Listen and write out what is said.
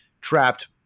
trapped